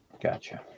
Gotcha